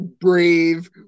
brave